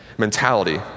Mentality